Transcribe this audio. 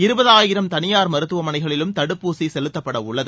இருபதாயிரம் தனியார் மருத்துவமனைகளிலும் தடுப்பூசி செலுத்தப்படவுள்ளது